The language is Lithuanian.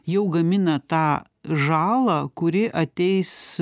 jau gamina tą žalą kuri ateis